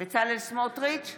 בצלאל סמוטריץ'